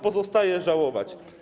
Pozostaje żałować.